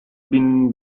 been